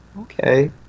okay